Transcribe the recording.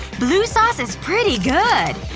blue sauce is pretty good!